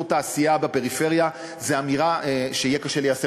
תעשייה בפריפריה זו אמירה שיהיה קשה ליישם.